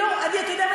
אתה יודע מה,